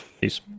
Peace